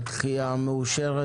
הצבעה בעד,